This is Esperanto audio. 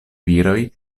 viroj